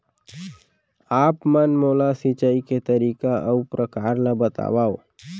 आप मन मोला सिंचाई के तरीका अऊ प्रकार ल बतावव?